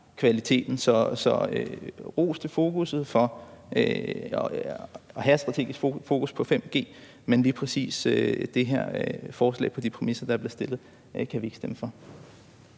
Så ros for at have strategisk fokus på 5G, men lige præcis det her forslag på de præmisser, der bliver stillet, kan vi ikke stemme for.